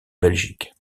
belgique